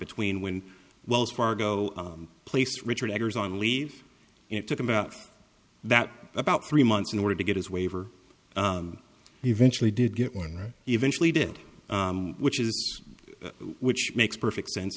between when wells fargo placed richard eggers on leave and it took about that about three months in order to get his waiver he eventually did get one that eventually did which is which makes perfect sense